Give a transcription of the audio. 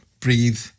Breathe